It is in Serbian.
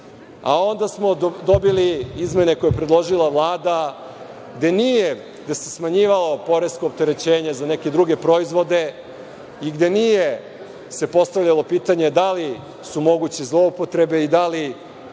Onda smo dobili izmene koje je predložila Vlada, gde se smanjivalo poresko opterećenje za neke druge proizvode i gde se nije postavljalo pitanje da li su moguće zloupotrebe i da li